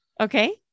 Okay